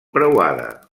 preuada